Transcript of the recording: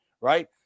right